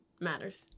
matters